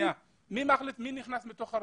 מי נכנס מתוך הרשימה?